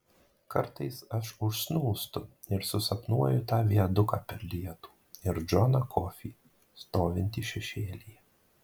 kartais aš užsnūstu ir susapnuoju tą viaduką per lietų ir džoną kofį stovintį šešėlyje